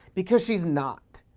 because she's not.